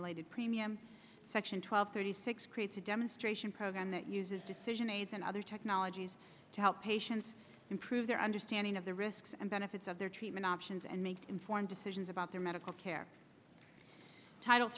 related premium section twelve thirty six creates a demonstration program that uses decision aids and other technologies to help patients improve their understanding of the risks and benefits of their treatment options and make informed decisions about their medical care title